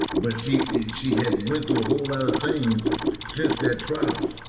but she she had went through a whole lot of things since that trial.